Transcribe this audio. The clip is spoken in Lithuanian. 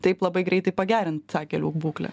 taip labai greitai pagerint tą kelių būklę